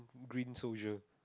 green soldier